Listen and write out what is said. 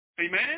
Amen